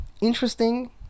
interesting